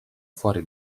fuori